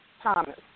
Thomas